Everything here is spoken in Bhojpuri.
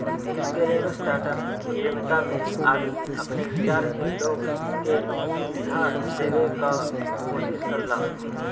स्केलेबल स्टार्टअप उद्यमिता में आदमी आपन विचार से लोग के सुविधा देवे क कोशिश करला